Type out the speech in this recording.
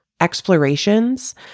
explorations